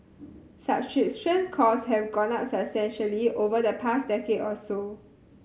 cost have gone up substantially over the past decade or so